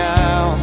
now